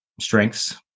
strengths